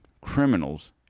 criminals